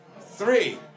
Three